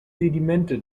sedimente